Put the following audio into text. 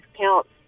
counts